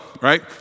right